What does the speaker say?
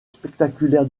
spectaculaire